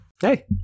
Hey